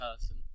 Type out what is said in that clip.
person